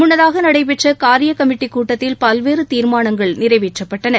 முன்னதாக நடைபெற்ற காரிய கமிட்டிக் கூட்டத்தில் பல்வேறு தீர்மானங்கள் நிறைவேற்றப்பட்டன